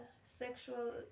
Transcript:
sexual